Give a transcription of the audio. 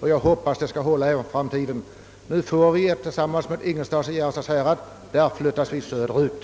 Jag hoppas att det skall hålla även i framtiden. Nu hör vi ihop med Ingelstads och Järrestads. Vi har flyttats söderut.